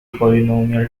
polynomial